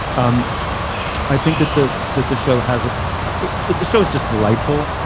um i think that the that the show has that the show is just delightful.